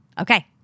Okay